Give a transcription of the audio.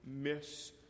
miss